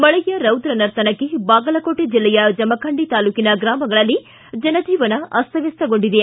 ಮಳೆಯ ರೌದ್ರ ನರ್ತನಕ್ಕೆ ಬಾಗಲಕೋಟೆ ಜಿಲ್ಲೆಯ ಜಮಖಂಡಿ ತಾಲೂಕಿನ ಗ್ರಾಮಗಳಲ್ಲಿ ಜನಜೀವನ ಅಸ್ತವ್ವಸ್ತಗೊಂಡಿದೆ